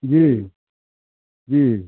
जी जी